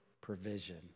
provision